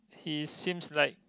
he seems like